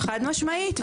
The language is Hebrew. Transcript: חד משמעית,